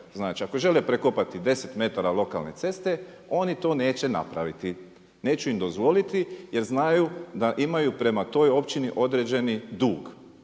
Znači ako žele prekopati 10 metara lokalne ceste oni to neće napraviti. Neću im dozvoliti jer znaju da imaju prema toj općini određeni dug.